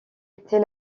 était